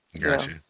Gotcha